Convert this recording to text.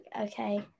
okay